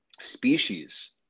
species